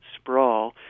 sprawl